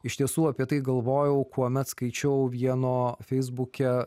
iš tiesų apie tai galvojau kuomet skaičiau vieno feisbuke